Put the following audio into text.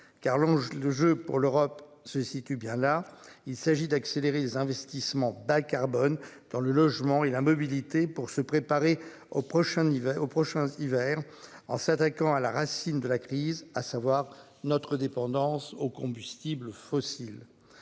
le jeu pour l'Europe se situe bien là, il s'agit d'accélérer les investissements bas-carbone dans le logement et la mobilité pour se préparer au prochain y va au prochain hiver en s'attaquant à la racine de la crise, à savoir notre dépendance aux combustibles fossiles.